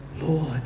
Lord